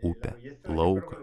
upę lauką